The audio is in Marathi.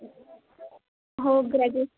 हो ग्रॅज्युएट